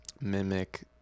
mimic